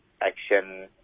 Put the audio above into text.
Action